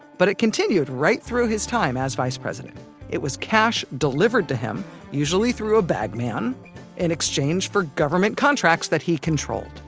but it continued right through his time as vice president it was cash delivered to him usually through a bag man in exchange for government contracts that he controlled